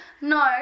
No